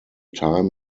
time